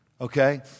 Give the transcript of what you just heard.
Okay